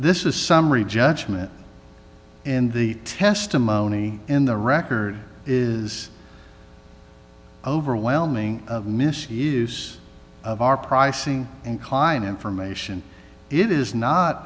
this is summary judgment in the testimony in the record is overwhelming misuse of our pricing and client information it is not